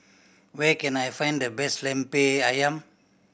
where can I find the best Lemper Ayam